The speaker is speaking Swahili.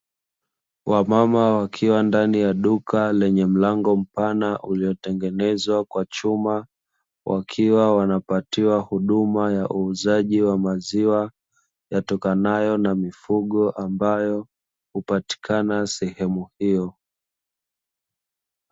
Wamama wakiwa ndani ya duka lenye mlango mpana uliotengenezwa kwa chuma, wakiwa wanapatiwa huduma ya uuzaji wa maziwa yatokanayo na mifugo ambayo hupatikana sehemu hiyo.